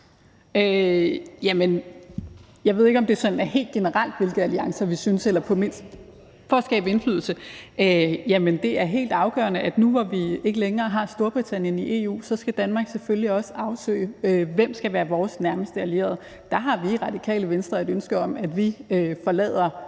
Jeg ved ikke, om det sådan er helt generelt, hvilke alliancer vi synes. For at få indflydelse er det helt afgørende, at nu, hvor vi ikke længere har Storbritannien i EU, skal Danmark selvfølgelig også afsøge, hvem der skal være vores nærmeste allierede. Der har vi i Radikale Venstre et ønske om, at vi forlader